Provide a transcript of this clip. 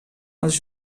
els